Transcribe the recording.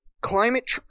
climate